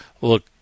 look